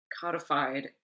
codified